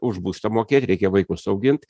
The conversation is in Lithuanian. už būstą mokėt reikia vaikus augint